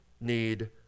need